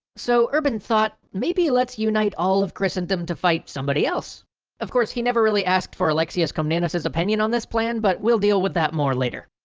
so urban thought maybe let's unite all of christendom to fight somebody else of course he never really asked for alexius comnenus' opinion on the this plan but we'll deal with that more later.